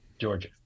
Georgia